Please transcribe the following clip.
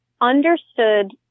understood